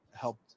helped